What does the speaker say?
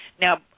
Now